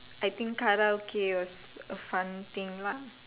I think Karaoke was a fun thing lah